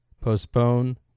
postpone